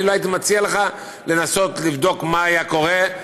אני לא הייתי מציע לך לנסות לבדוק מה היה קורה.